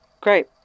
Great